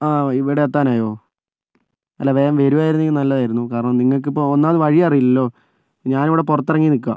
ആ ഇവിടെ എത്താൻ ആയോ അല്ല വേഗം വരികയായിരുന്നു എങ്കിൽ നല്ലതായിരുന്നു കാരണം നിങ്ങൾക്കിപ്പോൾ ഒന്നാമത് വഴിയറിയില്ലല്ലോ ഞാൻ ഇവിടെ പുറത്ത് ഇറങ്ങി നിൽക്കാം